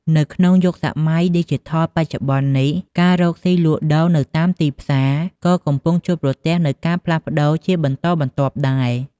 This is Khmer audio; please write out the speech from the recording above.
នៅក្នុងយុគសម័យឌីជីថលបច្ចុប្បន្ននេះ ការរកស៊ីលក់ដូរនៅតាមទីផ្សារក៏កំពុងជួបប្រទះនូវការផ្លាស់ប្ដូរជាបន្តបន្ទាប់ដែរ។